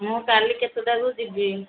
ମୁଁ କାଲି କେତେଟାକୁ ଯିବି